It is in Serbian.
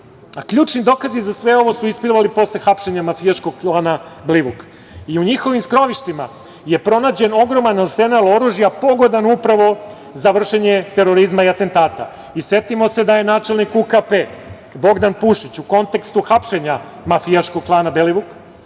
ključni dokazi za sve ovo su isplivali posle hapšenja mafijaškog klana Belivuk. U njihovim skrovištima je pronađen ogroman arsenal oružja pogodan upravo za vršenje terorizma i atentata. Stimo se da je načelnik UKP, Bogdan Pušić, u kontekstu hapšenja mafijaškog klana Belivuk